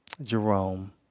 Jerome